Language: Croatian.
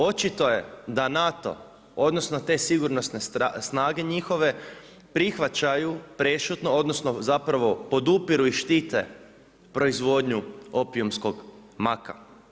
Očito je da NATO, odnosno te sigurnosne snage njihove prihvaćaju prešutno, odnosno zapravo podupiru i štite proizvodnju opijumskog maka.